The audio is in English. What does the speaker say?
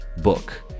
book